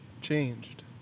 changed